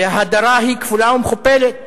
וההדרה היא כפולה ומכופלת.